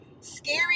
Scary